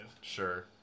Sure